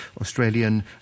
Australian